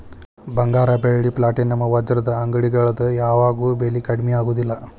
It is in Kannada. ಬಂಗಾರ ಬೆಳ್ಳಿ ಪ್ಲಾಟಿನಂ ವಜ್ರದ ಅಂಗಡಿಗಳದ್ ಯಾವಾಗೂ ಬೆಲಿ ಕಡ್ಮಿ ಆಗುದಿಲ್ಲ